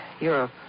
Europe